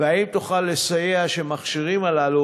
האם תוכל לסייע שהמכשירים הללו,